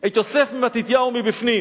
את יוסף בן מתתיהו מבפנים,